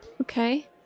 Okay